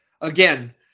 again